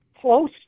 close